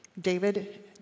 David